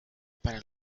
para